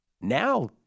Now